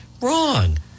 wrong